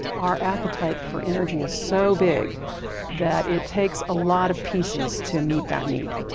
our appetite for energy is so big that it takes a lot of pieces to meet that need.